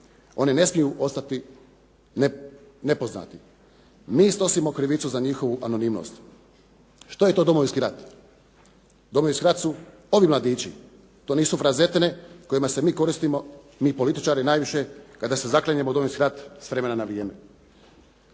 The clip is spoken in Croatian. Oni ne smiju ostati nepoznati. Mi snosimo krivicu za njihovu anonimnost. Što je to Domovinski rat? Domovinski rat su ovi mladići. To nisu frazetne kojima se mi koristimo mi političari najviše, kada se zaklinjemo u Domovinski rat s vremena na vrijeme.